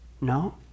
No